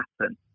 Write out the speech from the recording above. happen